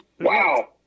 Wow